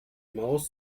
maus